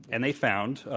and they found,